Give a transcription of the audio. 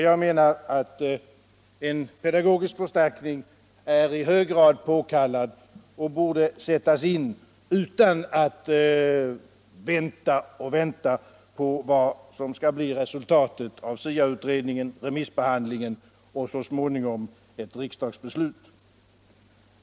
Jag menar att en pedagogisk förstärkning är i hög grad påkallad och borde sättas in utan att man väntar och väntar på vad som skall bli resultatet av SIA-utredningen, remissbehandlingen och så småningom ett riksdagsbeslut.